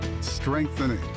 strengthening